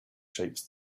shapes